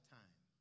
time